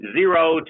zero